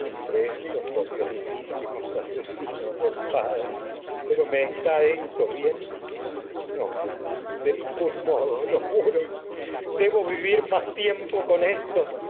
estos odiosísimos asesinos del lo padre pero me está esto bien no de ningún modo juro debo vivir más tiempo con éstos